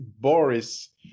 Boris